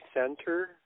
center